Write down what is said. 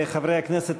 חברי הכנסת,